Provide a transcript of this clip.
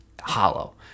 hollow